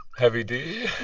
heavy d?